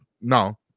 no